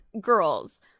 girls